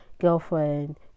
girlfriend